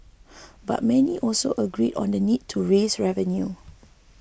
but many also agree on the need to raise revenue